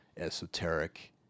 esoteric